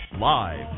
Live